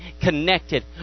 connected